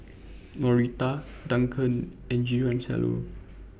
Norita Duncan and Giancarlo